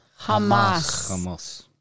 Hamas